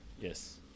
Yes